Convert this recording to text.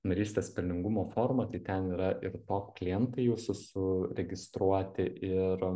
narystės pelningumo formą tai ten yra ir top klientai jūsų su registruoti ir